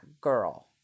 girl